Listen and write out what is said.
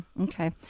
okay